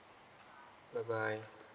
bye bye